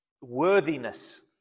worthiness